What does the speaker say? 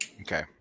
Okay